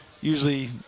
usually –